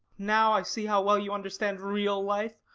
now i see how well you understand real life!